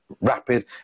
rapid